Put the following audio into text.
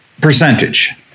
percentage